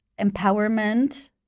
empowerment